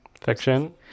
fiction